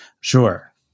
Sure